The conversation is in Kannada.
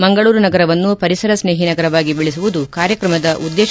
ಮಂಗಳೂರು ನಗರವನ್ನು ಪರಿಸರ ಸ್ನೇಹಿ ನಗರವಾಗಿ ದೆಳೆಸುವುದು ಕಾರ್ಯಕ್ರಮದ ಉದ್ದೇಶ